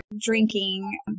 drinking